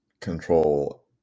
control